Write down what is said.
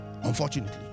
Unfortunately